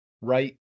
right